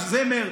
זמר,